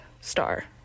star